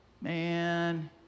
Man